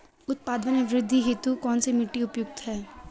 उत्पादन में वृद्धि हेतु कौन सी मिट्टी उपयुक्त है?